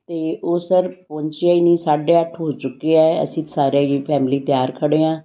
ਅਤੇ ਉਹ ਸਰ ਪਹੁੰਚਿਆ ਹੀ ਨਹੀਂ ਸਾਢੇ ਅੱਠ ਹੋ ਚੁੱਕੇ ਹੈ ਅਸੀਂ ਸਾਰੇ ਹੀ ਫੈਮਿਲੀ ਤਿਆਰ ਖੜ੍ਹੇ ਹਾਂ